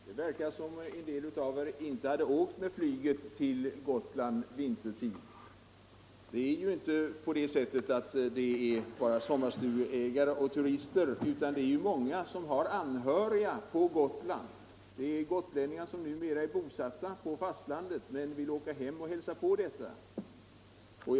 Herr talman! Det verkar som om en del av talarna inte hade åkt med flyget till Gotland vintertid. Det är ju inte bara sommarstugeägare och turister som reser då, utan det är många som har anhöriga på Gotland, t.ex. gotlänningar som numera är bosatta på fastlandet men som vill åka hem och hälsa på sina anhöriga.